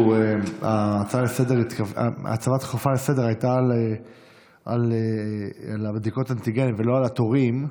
ההצעה הדחופה לסדר-היום הייתה על בדיקות אנטיגן ולא על התורים.